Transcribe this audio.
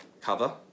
cover